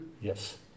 Yes